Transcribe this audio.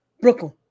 Brooklyn